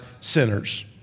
sinners